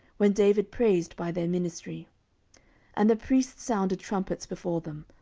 when david praised by their ministry and the priests sounded trumpets before them,